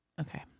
Okay